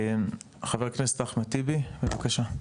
חבר הכנסת אחמד טיבי בבקשה.